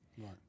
Right